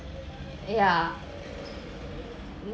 yeah